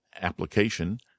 application